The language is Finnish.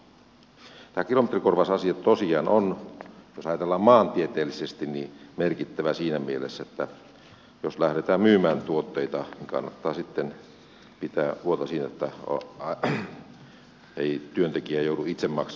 tämä kilometrikorvausasia tosiaan on jos ajatellaan maantieteellisesti merkittävä siinä mielessä että jos lähdetään myymään tuotteita niin kannattaa sitten pitää huolta siitä että ei työntekijä joudu itse maksamaan niitä kustannuksia